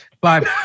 Bye